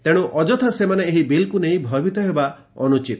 ତେଣୁ ଅଯଥା ସେମାନେ ଏହି ବିଲ୍କୁ ନେଇ ଭୟଭୀତ ହେବା ଅନୁଚିତ